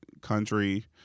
country